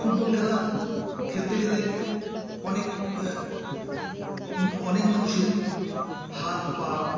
football খেলা খেলতে গেলে অনেক অনেক মানুষের হাত পা